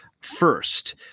first